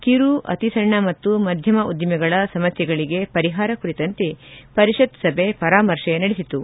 ಕಿರು ಅತಿಸಣ್ಣ ಮತ್ತು ಮಧ್ಯಮ ಉದ್ದಿಮೆಗಳ ಸಮಸ್ಲೆಗಳಿಗೆ ಪರಿಹಾರ ಕುರಿತಂತೆ ಪರಿಷತ್ ಸಭೆ ಪರಾಮರ್ಶೆ ನಡೆಸಿತು